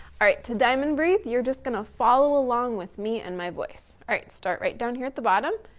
all right, to diamond breathe, you're just gonna follow along with me and my voice. all right, start right down here at the bottom.